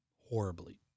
horribly